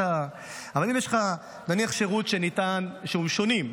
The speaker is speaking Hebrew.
אבל אם יש לך נניח שירותים שונים,